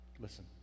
Listen